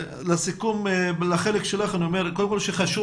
לסיכום החלק שלך אני אומר קודם כל שחשוב